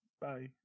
bye